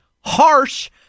harsh